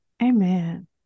Amen